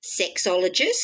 sexologist